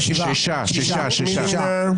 מי נמנע?